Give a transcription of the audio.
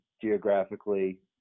geographically